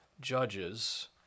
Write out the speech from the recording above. judges